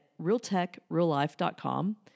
realtechreallife.com